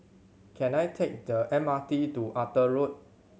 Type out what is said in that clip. can I take the M R T to Arthur Road